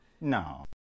no